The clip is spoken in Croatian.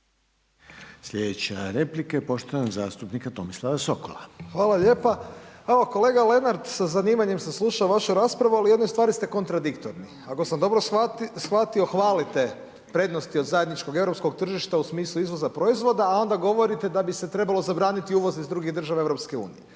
Slijedeća replika je poštovanog zastupnika Tomislava Sokola. **Sokol, Tomislav (HDZ)** Hvala lijepa. Pa evo kolega Lenart, sa zanimanjem sam slušao vašu raspravu ali u jednoj stvari ste kontradiktorni. Ako sam dobro shvatio, hvalite prednosti od zajedničkog europskog tržišta u smislu izvoza proizvoda a onda govorite da bi se trebalo zabraniti uvoz iz drugih država EU-a.